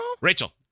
Rachel